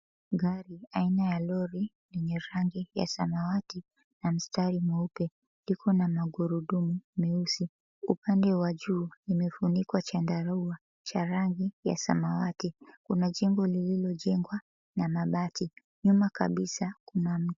Gari aina ya lori yenye rangi ya samawati na mstari mweupe, iko na magurudumu meusi. Upande wa juu imefunikwa chandarua cha rangi ya samawati. Kuna jengo lililojengwa na mabati. Nyuma kabisa kuna....